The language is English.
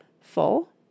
full